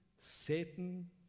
Satan